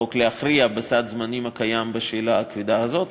החוק להכריע בסד הזמנים הקיים בשאלה הכבדה הזאת,